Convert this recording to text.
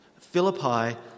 Philippi